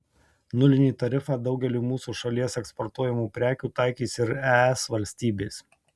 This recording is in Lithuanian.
nulinį tarifą daugeliui mūsų šalies eksportuojamų prekių taikys ir es valstybės